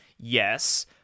Yes